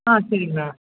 ஆ சரிங்கண்ணா